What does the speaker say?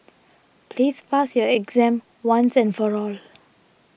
please pass your exam once and for all